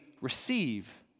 receive